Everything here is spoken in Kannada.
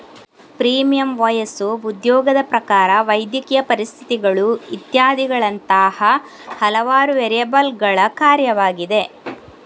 ಪ್ರೀಮಿಯಂ ವಯಸ್ಸು, ಉದ್ಯೋಗದ ಪ್ರಕಾರ, ವೈದ್ಯಕೀಯ ಪರಿಸ್ಥಿತಿಗಳು ಇತ್ಯಾದಿಗಳಂತಹ ಹಲವಾರು ವೇರಿಯಬಲ್ಲುಗಳ ಕಾರ್ಯವಾಗಿದೆ